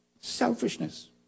Selfishness